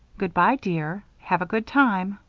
good-by, dear. have a good time.